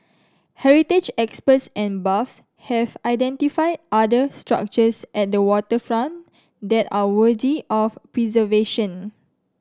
heritage experts and buffs have identified other structures at the waterfront that are worthy of preservation